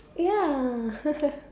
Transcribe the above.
ya